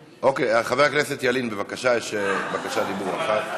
אוקיי, חבר הכנסת ילין, בבקשה, יש בקשת דיבור אחת.